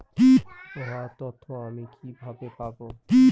আবহাওয়ার তথ্য আমি কিভাবে পাবো?